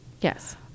Yes